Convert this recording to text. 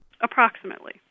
Approximately